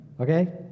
Okay